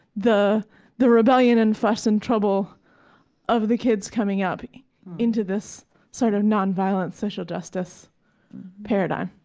the the rebellion and fuss and trouble of the kids coming up into this sort of non-violent social justice paradigm?